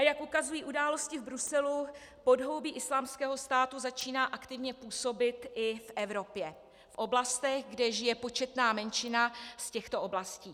Jak ukazují události v Bruselu, podhoubí Islámského státu začíná aktivně působit i v Evropě v oblastech, kde žije početná menšina z těchto oblastí.